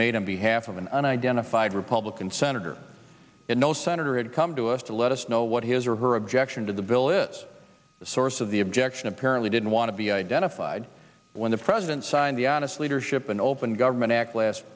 on behalf of an unidentified republican senator no senator had come to us to let us know what his or her objection to the bill is the source of the objection apparently didn't want to be identified when the president signed the honestly her ship and open government act last